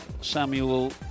Samuel